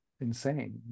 insane